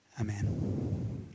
Amen